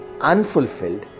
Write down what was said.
unfulfilled